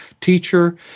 teacher